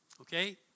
okay